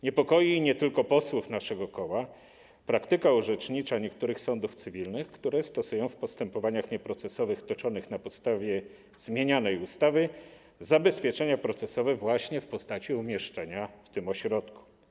Niepokoi, i nie tylko posłów naszego koła, praktyka orzecznicza niektórych sądów cywilnych, które stosują w postępowaniach nieprocesowych toczonych na podstawie zmienianej ustawy zabezpieczenia procesowe właśnie w postaci umieszczenia w tym ośrodku.